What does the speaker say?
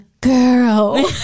girl